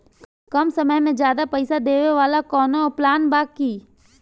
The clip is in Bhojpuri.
कम समय में ज्यादा पइसा देवे वाला कवनो प्लान बा की?